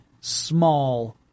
small